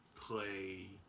play